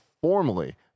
formally